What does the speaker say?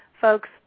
folks